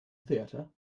theater